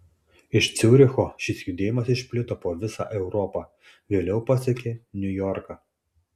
iš ciuricho šis judėjimas išplito po visą europą vėliau pasiekė niujorką